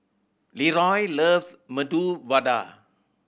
Leroy loves Medu Vada